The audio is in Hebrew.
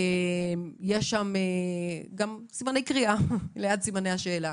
יש שם גם סימני קריאה לצד סימני השאלה.